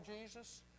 Jesus